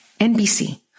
NBC